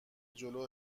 جلو